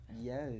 yes